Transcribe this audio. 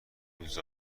روز